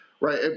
right